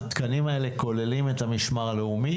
התקנים האלה כוללים את המשמר הלאומי?